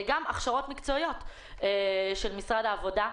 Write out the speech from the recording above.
גם הכשרות מקצועיות של משרד העבודה.